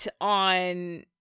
on